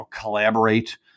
collaborate